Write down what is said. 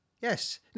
yes